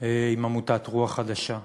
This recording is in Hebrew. עם עמותת "רוח חדשה".